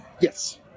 yes